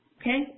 Okay